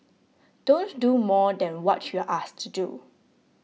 don't do more than what you're asked to do